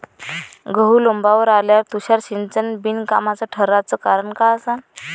गहू लोम्बावर आल्यावर तुषार सिंचन बिनकामाचं ठराचं कारन का असन?